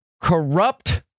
corrupt